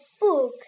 book